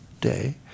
day